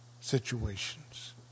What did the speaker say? situations